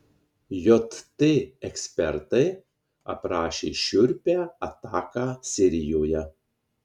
jt ekspertai aprašė šiurpią ataką sirijoje